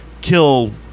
kill